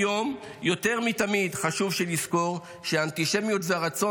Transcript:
היום יותר מתמיד חשוב שנזכור שהאנטישמיות והרצון